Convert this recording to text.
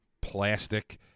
plastic